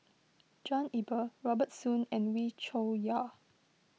John Eber Robert Soon and Wee Cho Yaw